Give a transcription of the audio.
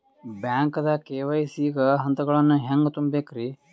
ಬ್ಯಾಂಕ್ದಾಗ ಕೆ.ವೈ.ಸಿ ಗ ಹಂತಗಳನ್ನ ಹೆಂಗ್ ತುಂಬೇಕ್ರಿ?